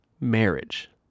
marriage